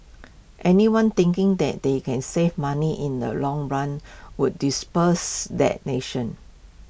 anyone thinking that they can save money in the long run would dispels that nation